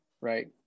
right